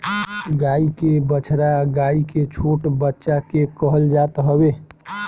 गाई के बछड़ा गाई के छोट बच्चा के कहल जात हवे